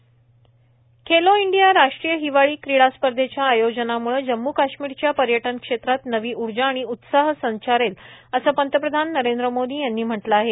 Khelo India Khelo India राष्ट्रीय हिवाळी क्रीडा स्पर्धेच्या आयोजनामुळे जम्मू काश्मीरच्या पर्यटन क्षेत्रात नवी ऊर्जा उत्साह संचारेल असं पंतप्रधान नरेंद्र मोदी यांनी म्हटलं आहे